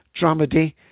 dramedy